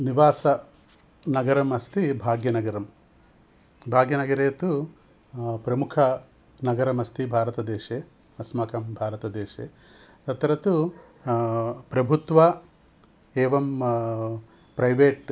निवासनगरमस्ति भाग्यनगरं भाग्यनगरे तु प्रमुखनगरमस्ति भारतदेशे अस्माकं भारतदेशे तत्र तु प्रभुत्वम् एवम् प्रैवेट्